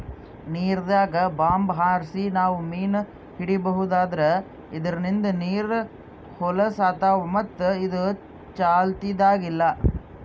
ನೀರ್ದಾಗ್ bomb ಹಾರ್ಸಿ ನಾವ್ ಮೀನ್ ಹಿಡೀಬಹುದ್ ಆದ್ರ ಇದ್ರಿಂದ್ ನೀರ್ ಹೊಲಸ್ ಆತವ್ ಮತ್ತ್ ಇದು ಚಾಲ್ತಿದಾಗ್ ಇಲ್ಲಾ